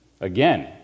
again